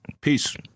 Peace